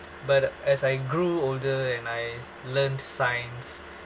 but as I grew older and I learnt science